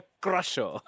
Crusher